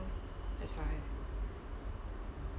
that's why